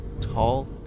tall